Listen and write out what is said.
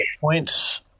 points